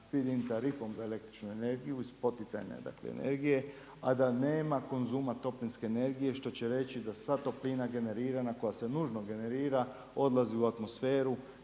dapače hrani … za električnu energiju iz poticajne energije, a da nema konzuma toplinske energije što će reći da sva toplina generirana koja se nužno generira odlazi u atmosferu